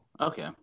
Okay